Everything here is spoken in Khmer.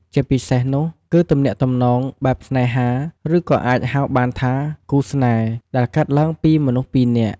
ជាពិសេសនោះគឺទំនាក់ទំនងបែបស្នេហាឬក៏អាចហៅបានថាគូរស្នេហ៍ ដែលកើតឡើងពីមនុស្សពីរនាក់។